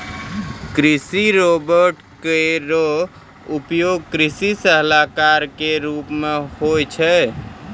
कृषि रोबोट केरो उपयोग कृषि सलाहकार क रूप मे होय छै